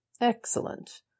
Excellent